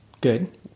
Good